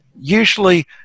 Usually